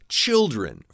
children